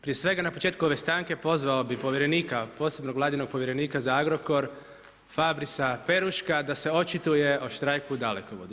Prije svega, na početku ove stanke, pozvao bi povjerenika, posebnog Vladinog povjerenika za Agrokor Fabrisa Peruška, da se očituje o štrajku u Dalekovodu.